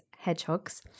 hedgehogs